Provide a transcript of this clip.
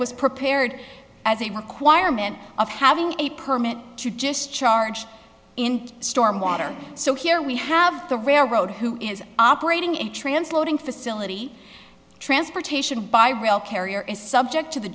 was prepared as a requirement of having a permit to just charge in storm water so here we have the railroad who is operating a trans loading facility transportation by real carrier is subject to the